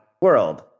world